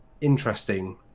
interesting